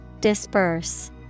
Disperse